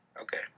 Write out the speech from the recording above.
Okay